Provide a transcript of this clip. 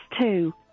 two